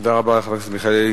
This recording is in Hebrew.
תודה רבה לחבר הכנסת מיכאלי.